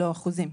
לא, אחוזים.